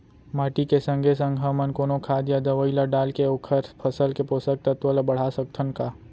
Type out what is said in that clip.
माटी के संगे संग हमन कोनो खाद या दवई ल डालके ओखर फसल के पोषकतत्त्व ल बढ़ा सकथन का?